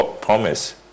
promise